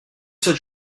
cette